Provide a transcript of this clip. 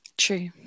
True